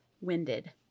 winded